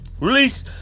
Release